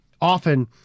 often